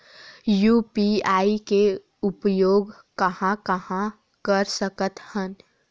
UPI के उपयोग कहां कहा कर सकत हन?